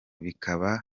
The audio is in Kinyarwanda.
bikaba